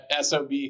sob